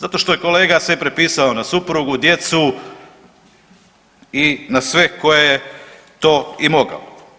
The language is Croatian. Zato što je kolega sve prepisao na suprugu, djecu i na sve koje je to i mogao.